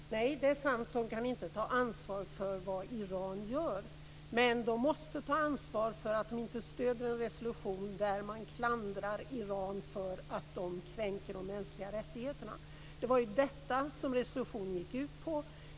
Fru talman! Nej, det är sant. De kan inte ta ansvar för vad Iran gör, men de måste ta ansvar för att de inte stöder en resolution där man klandrar Iran för att Iran kränker de mänskliga rättigheterna. Det var detta som resolutionen gick ut på.